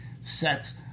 sets